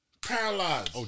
paralyzed